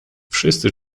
wszyscy